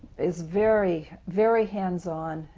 is very, very hands on.